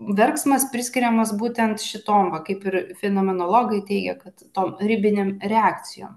verksmas priskiriamas būtent šitom va kaip ir fenomenologai teigia kad to rivinėm reakcijom